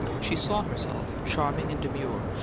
she saw herself, charming and demure,